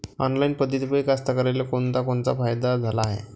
Online पद्धतीपायी कास्तकाराइले कोनकोनचा फायदा झाला हाये?